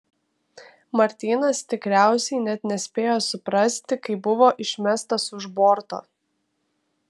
martynas tikriausiai net nespėjo suprasti kai buvo išmestas už borto